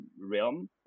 realm